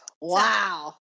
wow